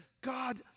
God